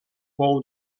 pou